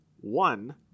one